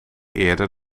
eerder